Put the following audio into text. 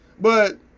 But-